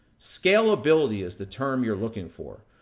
scalability, is the term you're looking for.